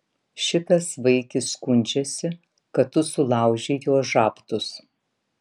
šitas vaikis skundžiasi kad tu sulaužei jo žabtus